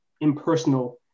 impersonal